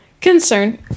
concern